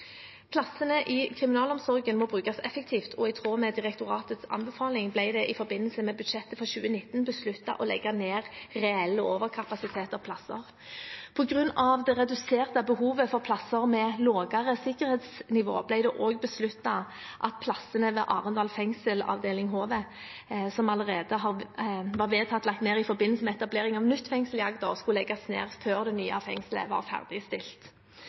Plassene i kriminalomsorgen må brukes effektivt, og i tråd med direktoratets anbefaling ble det i forbindelse med budsjettet for 2019 besluttet å legge ned reell overkapasitet og plasser. På grunn av det reduserte behovet for plasser med lavere sikkerhetsnivå ble det også besluttet at plassene ved Arendal fengsel, avdeling Håvet, som allerede var vedtatt lagt ned i forbindelse med etablering av nytt fengsel i Agder, skulle legges ned før det nye fengslet var